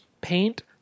paint